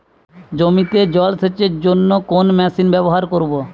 জমিতে জল সেচের জন্য কোন মেশিন ব্যবহার করব?